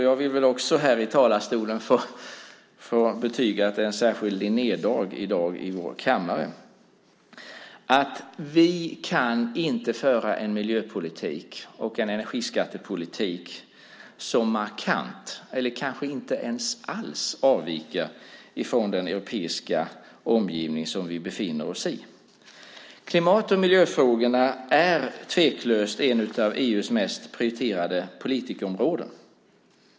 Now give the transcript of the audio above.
Jag vill också här i talarstolen betyga att det är en särskild Linnédag i dag i riksdagen. Vi kan inte föra en miljöpolitik och en energiskattepolitik som markant eller kanske inte ens alls avviker från den europeiska omgivning som vi befinner oss i. Klimat och miljöfrågorna är tveklöst ett av EU:s mest prioriterade politikområden.